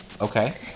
Okay